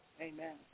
Amen